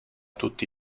tutti